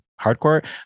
hardcore